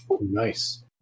Nice